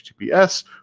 HTTPS